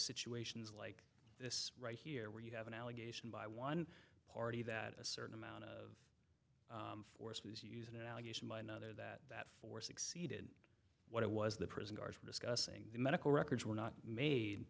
situations like this right here where you have an allegation by one party that a certain amount of force used an allegation by another that that force exceeded what it was the prison guards were discussing medical records were not made